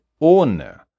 ohne